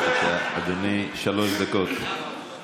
אדוני השר הנגבי, השפה הערבית תישאר שפה רשמית.